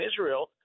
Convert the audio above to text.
Israel